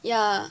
ya